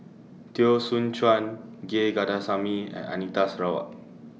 Teo Soon Chuan G Kandasamy and Anita Sarawak